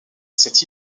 cette